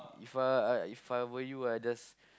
If I I If I were you I just